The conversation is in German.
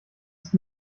ist